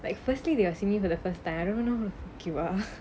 like firstly you are seeing me for the first time I don't even know who the fuck you are